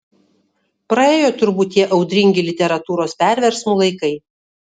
praėjo turbūt tie audringi literatūros perversmų laikai